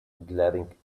glaring